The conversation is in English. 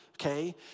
okay